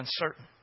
uncertain